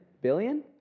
billion